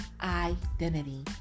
identity